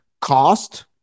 cost